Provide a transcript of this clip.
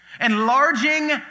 Enlarging